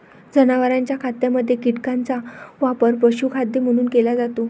जनावरांच्या खाद्यामध्ये कीटकांचा वापर पशुखाद्य म्हणून केला जातो